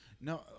No